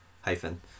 hyphen